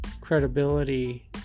credibility